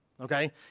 okay